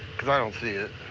cause i don't see it,